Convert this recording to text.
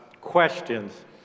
questions